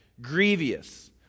grievous